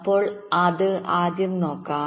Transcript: നമുക്ക് അത് ആദ്യം നോക്കാം